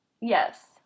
Yes